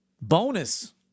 bonus